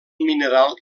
mineral